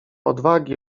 odwagi